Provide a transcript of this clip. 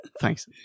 Thanks